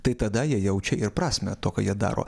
tai tada jie jaučia ir prasmę to ką jie daro